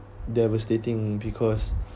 devastating because